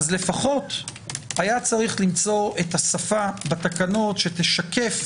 לפחות היה צריך למצוא את השפה בתקנות שתשקף